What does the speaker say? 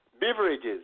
Beverages